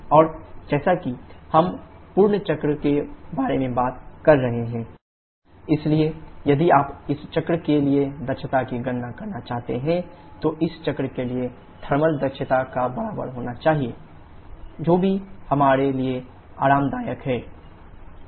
और जैसा कि हम पूर्ण चक्र के बारे में बात कर रहे हैं ∮δq∮δW इसलिए यदि आप इस चक्र के लिए दक्षता की गणना करना चाहते हैं तो इस चक्र के लिए थर्मल दक्षता के बराबर होना चाहिए thWnetqB1 qCqBWT WPqB जो भी हमारे लिए आरामदायक है